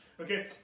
Okay